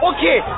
Okay